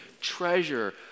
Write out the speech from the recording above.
treasure